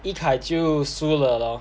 yikai 就输了咯